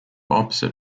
opposite